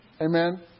Amen